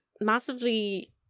massively